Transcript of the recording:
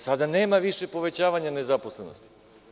Sada nema više povećavanja nezaposlenosti.